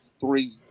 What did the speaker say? three